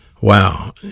Wow